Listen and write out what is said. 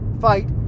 fight